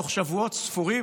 בתוך שבועות ספורים,